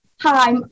Hi